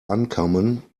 uncommon